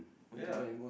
ya